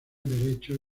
derecho